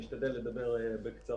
אשתדל לדבר בקצרה.